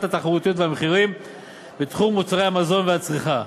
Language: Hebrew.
התחרותיות והמחירים בתחום מוצרי המזון והצריכה,